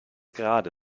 gerade